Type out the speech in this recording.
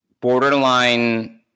borderline